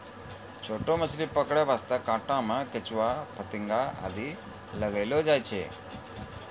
छोटो मछली पकड़ै वास्तॅ कांटा मॅ केंचुआ, फतिंगा आदि लगैलो जाय छै